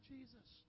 Jesus